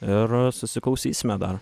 ir susiklausysime dar